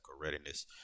readiness